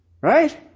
Right